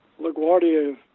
LaGuardia